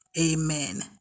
Amen